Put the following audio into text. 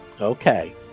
Okay